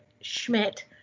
Schmidt